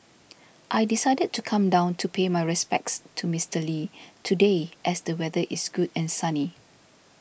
I decided to come down to pay my respects to Mister Lee today as the weather is good and sunny